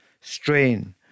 Strain